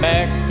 Back